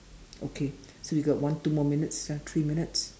okay so you got one two more minutes ah three minutes